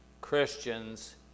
Christians